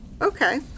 Okay